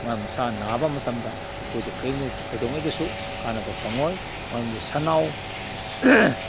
ꯃꯥ ꯃꯁꯥ ꯅꯥꯕ ꯃꯇꯝꯗ ꯑꯩꯈꯣꯏꯗ ꯀꯩꯗꯧꯉꯩꯗꯁꯨ ꯀꯥꯟꯅꯕ ꯐꯪꯂꯣꯏ ꯃꯔꯃꯗꯤ ꯁꯟꯅꯥꯎ